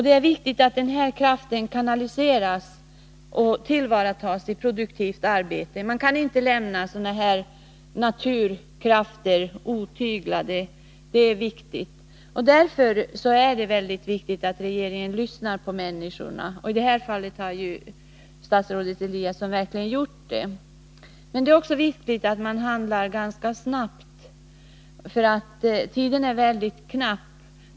Det är angeläget att denna kraft kanaliseras till och tillvaratas i produktivt arbete. Man kan inte lämna sådana här naturkrafter otyglade — det är viktigt. Därför är det av mycket stor betydelse att regeringen lyssnar på människorna. I detta fall har statsrådet Eliasson verkligen gjort det. Det är också viktigt att man handlar snabbt, då tiden är mycket knapp.